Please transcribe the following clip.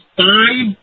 five